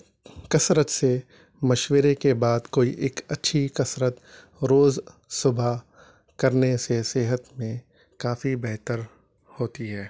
کسرت سے مشورہ کے بعد کوئی ایک اچھی کسرت روز صبح کرنے سے صحت میں کافی بہتر ہوتی ہے